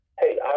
Hey